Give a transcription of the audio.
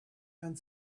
and